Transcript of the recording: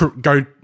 go